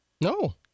No